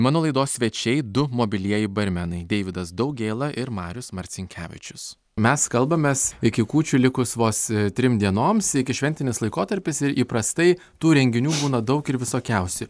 mano laidos svečiai du mobilieji barmenai deividas daugėla ir marius marcinkevičius mes kalbamės iki kūčių likus vos trim dienoms iki šventinis laikotarpis ir įprastai tų renginių būna daug ir visokiausių